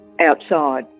outside